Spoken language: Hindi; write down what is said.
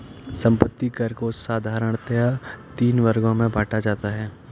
संपत्ति कर को साधारणतया तीन वर्गों में बांटा जाता है